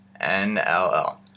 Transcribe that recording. NLL